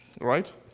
right